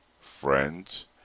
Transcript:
friends